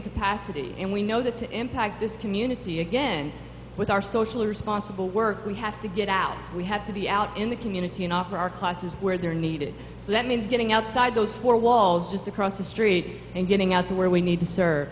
capacity and we know that to impact this community again with our socially responsible work we have to get out we have to be out in the community and offer our classes where they're needed so that means getting outside those four walls just across the street and getting out to where we need to serve